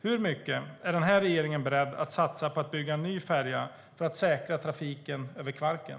Hur mycket är den här regeringen beredd att satsa på att bygga en ny färja för att säkra trafiken över Kvarken?